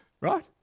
right